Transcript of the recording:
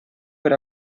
per